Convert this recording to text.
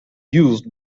used